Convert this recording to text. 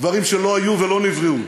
דברים שלא היו ולא נבראו.